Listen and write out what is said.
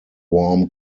warm